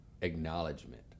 acknowledgement